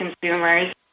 consumers